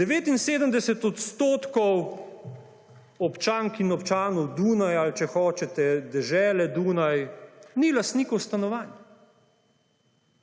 79 % občank in občanov Dunaja ali, če hočete, dežele Dunaj, ni lastnikov stanovanj